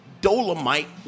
dolomite